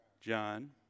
John